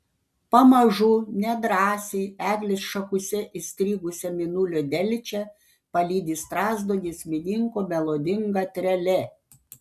pamažu nedrąsiai eglės šakose įstrigusią mėnulio delčią palydi strazdo giesmininko melodinga trelė